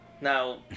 now